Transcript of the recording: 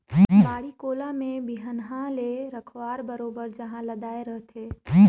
बाड़ी कोला में बिहन्हा ले रखवार बरोबर उहां लदाय रहथे